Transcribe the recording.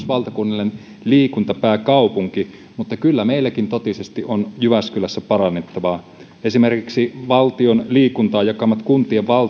valtakunnallinen liikuntapääkaupunki mutta kyllä meilläkin jyväskylässä totisesti on parannettavaa esimerkiksi valtion liikuntaan jakamat kuntien